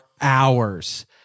hours